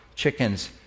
chickens